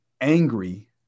angry